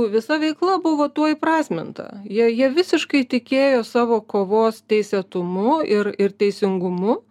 visa veikla buvo tuo įprasminta jie jie visiškai tikėjo savo kovos teisėtumu ir ir teisingumu